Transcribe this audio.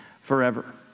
forever